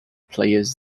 players